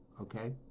Okay